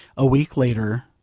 a week later,